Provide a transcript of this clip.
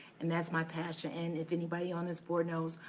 and that's my passion. and if anybody on this board knows,